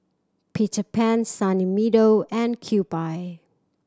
Peter Pan Sunny Meadow and Kewpie